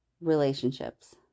relationships